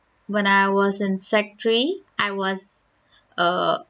when I was in sec three I was err